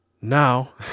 Now